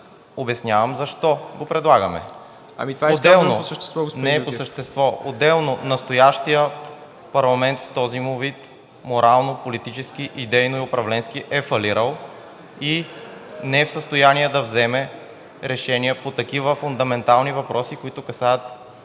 ГЕОРГИЕВ: Не е по същество. Отделно, настоящият парламент в този му вид морално, политически, идейно и управленски е фалирал и не е в състояние да вземе решение по такива фундаментални въпроси, които касаят